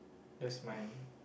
that's mine